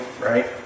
right